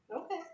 okay